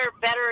Better